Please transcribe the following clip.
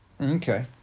okay